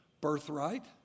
birthright